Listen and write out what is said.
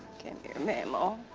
your mamaw. aww.